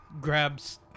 grabs